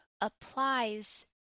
applies